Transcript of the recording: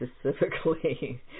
specifically